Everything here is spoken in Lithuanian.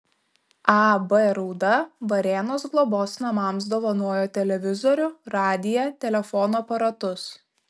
ab rauda varėnos globos namams dovanojo televizorių radiją telefono aparatus